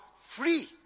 free